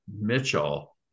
Mitchell